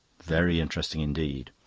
very interesting indeed.